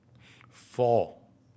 four